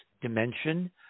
dimension